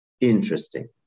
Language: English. interesting